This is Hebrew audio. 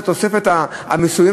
את התוספת המסוימת,